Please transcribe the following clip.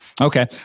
Okay